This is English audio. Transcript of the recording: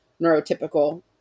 neurotypical